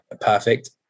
perfect